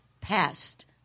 passed